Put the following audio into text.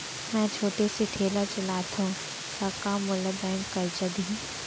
मैं छोटे से ठेला चलाथव त का मोला बैंक करजा दिही?